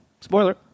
Spoiler